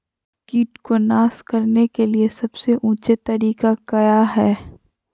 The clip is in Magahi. किट को नास करने के लिए सबसे ऊंचे तरीका काया है?